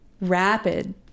rapid